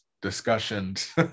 discussions